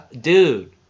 Dude